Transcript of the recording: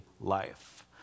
life